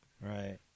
Right